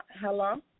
hello